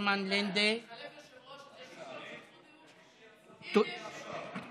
התחלף יושב-ראש אז יש לי עוד זכות דיבור?